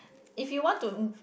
if you want to